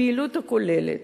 הפעילות כוללת,